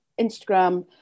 Instagram